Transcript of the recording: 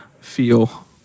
feel